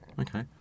Okay